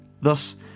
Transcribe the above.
Thus